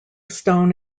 stone